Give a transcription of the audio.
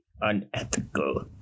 unethical